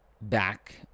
back